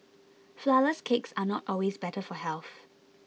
Flourless Cakes are not always better for health